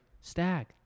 stag